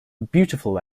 beautiful